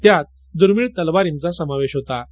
त्यात दुर्मिळ तलवारीचा समावेश होतं